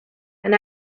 and